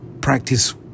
practice